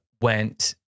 went